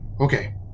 Okay